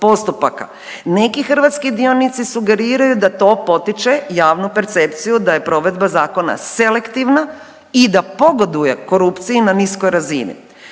Neki hrvatski dionici sugeriraju da to potiče javnu percepciju da je provedba zakona selektivna i da pogoduje korupciji na niskoj razini.